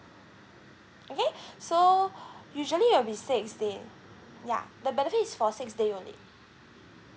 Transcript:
okay so usually it'll be six day ya the benefit is for six day only